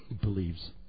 believes